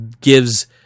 gives